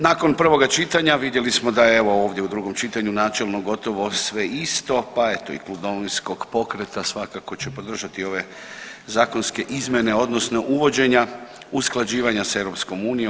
Nakon prvoga čitanja vidjeli smo da evo ovdje u drugom čitanju načelno gotovo sve isto, pa eto i Klub Domovinskog pokreta svakako će podržati ove zakonske izmjene odnosno uvođenja usklađivanja sa EU.